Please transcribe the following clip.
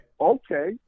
Okay